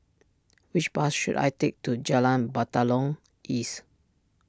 which bus should I take to Jalan Batalong East